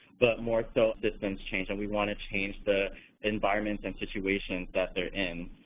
but more so systems change, and we want to change the environments and situations that they're in.